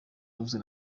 yavuzwe